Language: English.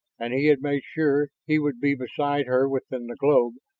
and he had made sure he would be beside her within the globe,